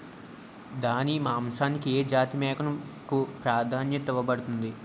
దాని మాంసానికి ఏ జాతి మేకకు ప్రాధాన్యత ఇవ్వబడుతుంది?